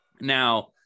Now